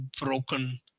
broken